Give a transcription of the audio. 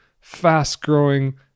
fast-growing